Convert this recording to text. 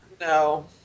No